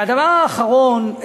הדבר האחרון,